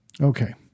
Okay